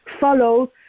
follow